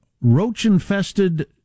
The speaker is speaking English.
roach-infested